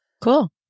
cool